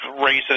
racist